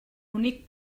únic